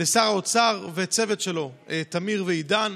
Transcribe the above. לשר האוצר ולצוות שלו תמיר ועידן,